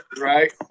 right